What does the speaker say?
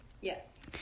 Yes